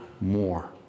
more